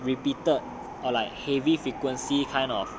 repeated or like heavy frequency kind of